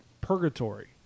purgatory